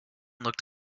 looked